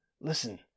listen